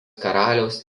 karaliaus